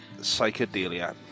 Psychedelia